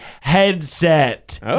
headset